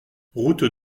route